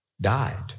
died